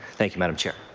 thank you madam chair.